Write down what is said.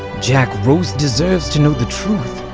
jack, rose deserves to know the truth.